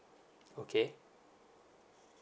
okay